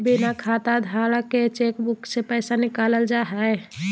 बिना खाताधारक के चेकबुक से पैसा निकालल जा हइ